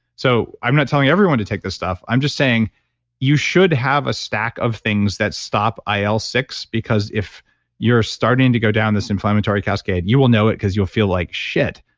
so i'm not telling everyone to take this stuff. i'm just saying you should have a stack of things that stop il six because if you're starting to go down this inflammatory cascade, you will know it because you'll feel like shit.